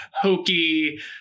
hokey